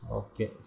okay